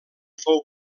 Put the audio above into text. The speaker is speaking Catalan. fou